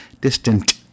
distant